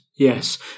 Yes